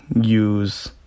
use